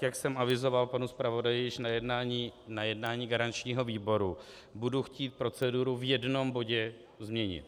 Jak jsem avizoval panu zpravodaji již na jednání garančního výboru, budu chtít proceduru v jednom bodě změnit.